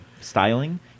styling